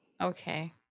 Okay